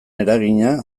eragina